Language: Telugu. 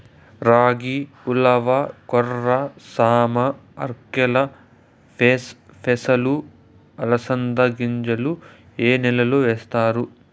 రాగి, ఉలవ, కొర్ర, సామ, ఆర్కెలు, పెసలు, అలసంద గింజలు ఇవి ఏ నెలలో వేస్తారు?